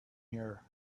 here